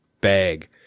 bag